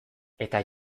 eta